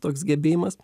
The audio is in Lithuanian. toks gebėjimas